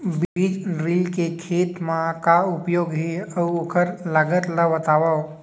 बीज ड्रिल के खेत मा का उपयोग हे, अऊ ओखर लागत ला बतावव?